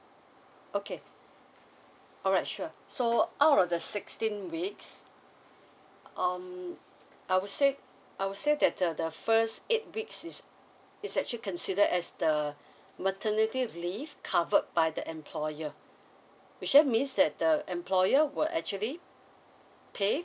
okay all right sure so out of the sixteen weeks um I would say I would say that the first eight weeks is is actually consider as the maternity leave covered by the employer which means is that the employer is actually pay